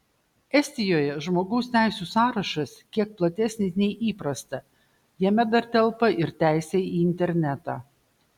estijoje žmogaus teisių sąrašas kiek platesnis nei įprasta jame dar telpa ir teisė į internetą